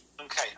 Okay